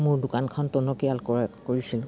মোৰ দোকানখন টনকীয়াল কৰিছিল